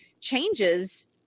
changes